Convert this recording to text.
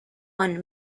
one